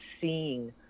seeing